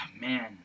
man